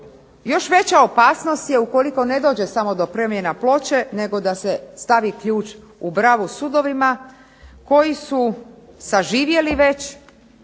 Još veća opasnost je ukoliko ne dođe samo do promjena ploče, nego da se stavi ključ u bravu sudovima, koji su zaživjeli već,